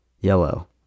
Yellow